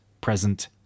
present